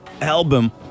album